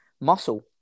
muscle